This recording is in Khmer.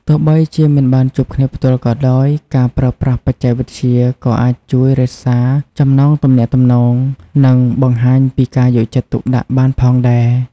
ទោះបីជាមិនបានជួបគ្នាផ្ទាល់ក៏ដោយ ការប្រើប្រាស់បច្ចេកវិទ្យាក៏អាចជួយរក្សាចំណងទំនាក់ទំនង និងបង្ហាញពីការយកចិត្តទុកដាក់បានផងដែរ។